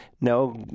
No